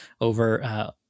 over